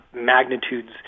magnitudes